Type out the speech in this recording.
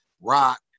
rock